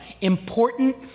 important